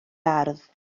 ardd